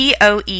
Poe